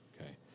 Okay